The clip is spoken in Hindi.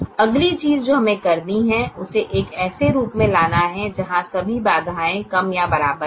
अगली चीज़ जो हमें करनी है उसे एक ऐसे रूप में लाना है जहाँ सभी बाधाएँ कम या बराबर हैं